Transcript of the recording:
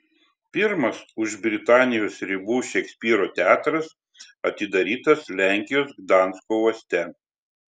pirmas už britanijos ribų šekspyro teatras atidarytas lenkijos gdansko uoste